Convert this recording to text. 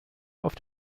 auf